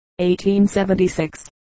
1876